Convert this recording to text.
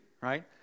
right